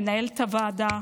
מנהלת הוועדה.